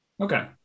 okay